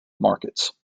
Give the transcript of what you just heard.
markets